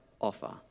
offer